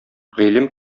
гыйлем